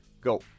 Go